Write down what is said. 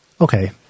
okay